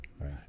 Right